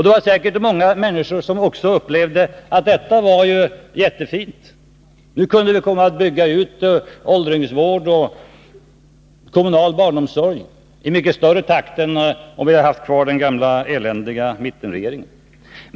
Det var säkert många människor som också upplevde att detta var jättefint — nu kunde vi bygga ut åldringsvård och kommunal barnomsorg i mycket snabbare takt än om vi hade haft den gamla eländiga mittenregeringen.